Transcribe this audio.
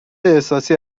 احساسی